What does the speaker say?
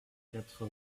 quatre